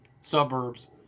suburbs